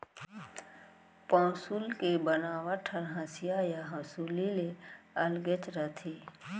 पौंसुल के बनावट हर हँसिया या हँसूली ले अलगेच रथे